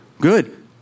Good